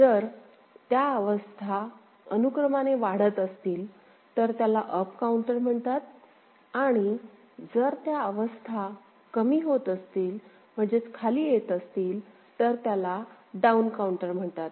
जर त्या अवस्था अनुक्रमाने वाढत असतील तर त्याला अप काउंटर म्हणतात आणि जर त्या अवस्था कमी होत असतील म्हणजेच खाली येत असतील तर त्याला डाउन काउंटर म्हणतात